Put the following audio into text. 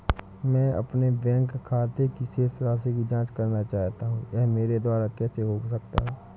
मैं अपने बैंक खाते की शेष राशि की जाँच करना चाहता हूँ यह मेरे द्वारा कैसे हो सकता है?